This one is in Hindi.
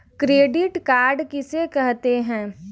क्रेडिट कार्ड किसे कहते हैं?